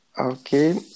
Okay